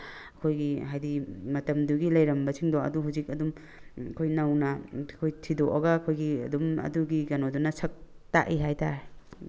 ꯑꯩꯈꯣꯏꯒꯤ ꯍꯥꯏꯕꯗꯤ ꯃꯇꯝꯗꯨꯒꯤ ꯂꯩꯔꯝꯕꯁꯤꯡꯗꯣ ꯑꯗꯨ ꯍꯧꯖꯤꯛ ꯑꯗꯨꯝ ꯑꯩꯈꯣꯏ ꯅꯧꯅ ꯑꯩꯈꯣꯏ ꯊꯤꯗꯣꯑꯒ ꯑꯩꯈꯣꯏꯒꯤ ꯑꯗꯨꯝ ꯑꯗꯨꯒꯤ ꯀꯩꯅꯣꯗꯨꯅ ꯁꯛ ꯇꯥꯛꯏ ꯍꯥꯏꯇꯥꯔꯦ